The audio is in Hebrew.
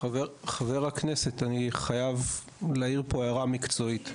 חבר הכנסת, אני חייב להעיר פה הערה מקצועית.